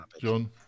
John